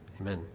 amen